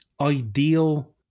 ideal